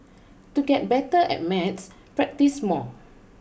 to get better at maths practise more